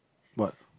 what